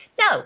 No